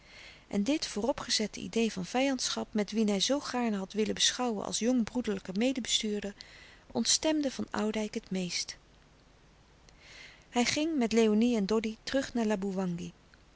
en dit vooropgezette idee van vijandschap met wien hij zoo gaarne had willen beschouwen als jong broederlijke medebestuurder ontstemde van oudijck het meest hij ging met léonie en doddy terug naar